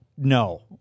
No